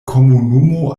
komunumo